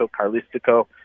Carlistico